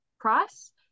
price